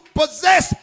possess